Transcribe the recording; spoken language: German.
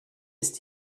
ist